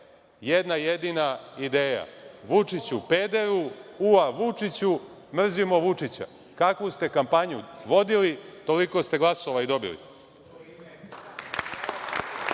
jedna jedina ideja – „Vučiću, pederu“, „ua, Vučiću“, „mrzimo Vučića“. Kakvu ste kampanju vodili, toliko ste glasova i